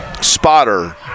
spotter